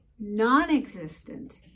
non-existent